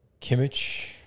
Kimmich